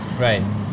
right